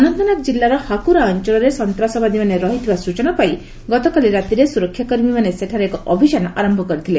ଅନନ୍ତନାଗ ଜିଲ୍ଲାର ହାକୁରା ଅଞ୍ଚଳରେ ସନ୍ତାସବାଦୀମାନେ ରହିଥିବା ସୂଚନାପାଇ ଗତକାଲି ରାତିରେ ସୁରକ୍ଷାକର୍ମୀମାନେ ସେଠାରେ ଏକ ଅଭିଯାନ ଆରମ୍ଭ କରିଥିଲେ